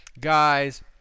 guys